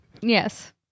yes